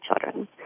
children